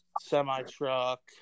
semi-truck